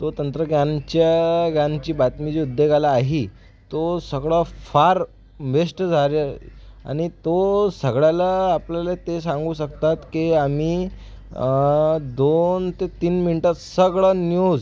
तो तंत्रग्यानच्या ग्यानची बातमी उद्योगाला आहे तो संगळं फार बेस्ट झालं आणि तो सगळ्याला आपल्याला ते सांगू शकतात की आम्ही दोन ते तीन मिनीटात सगळं न्यूज